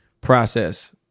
process